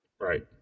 Right